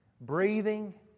breathing